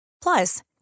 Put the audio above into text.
Plus